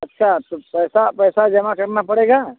अच्छा तो पैसा पैसा जमा करना पड़ेगा